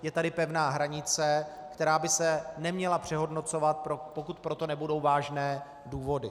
Je tady pevná hranice, která by se neměla přehodnocovat, pokud pro to nebudou vážné důvody.